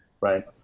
Right